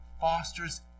fosters